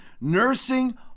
nursing